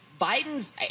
Biden's